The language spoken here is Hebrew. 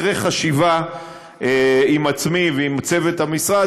אחרי חשיבה עם עצמי ועם צוות המשרד,